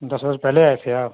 दस रोज पहले आए थे आप